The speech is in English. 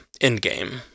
Endgame